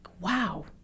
wow